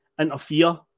interfere